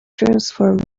transform